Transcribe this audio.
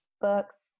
books